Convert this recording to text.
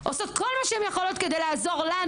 עושות כל מה שהן יכולות כדי לעזור לנו,